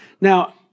Now